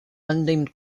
unnamed